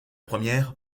première